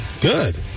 Good